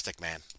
man